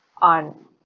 on